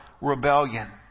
rebellion